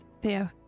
Theo